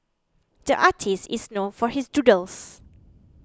the artist is known for his doodles